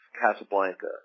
Casablanca